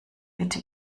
bitte